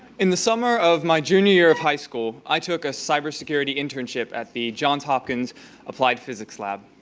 in the summer of my junior year of high school i took a cybersecurity internship at the johns hopkins applied physics lab.